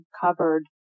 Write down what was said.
cupboard